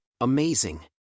Amazing